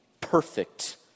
perfect